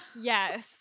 Yes